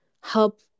help